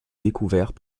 découverts